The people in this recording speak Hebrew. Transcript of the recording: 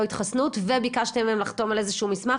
התחסנות וביקשתם מהם לחתום על איזשהו מסמך?